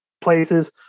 places